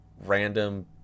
random